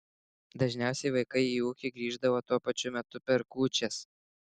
dažniausiai vaikai į ūkį grįždavo tuo pačiu metu per kūčias